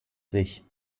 sich